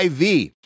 IV